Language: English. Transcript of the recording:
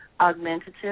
augmentative